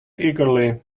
eagerly